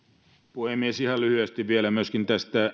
puhemies ihan lyhyesti vielä myöskin tästä